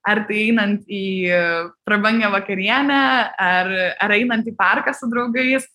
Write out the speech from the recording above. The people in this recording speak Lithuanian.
ar tai einant į prabangią vakarienę ar ar einant į parką su draugais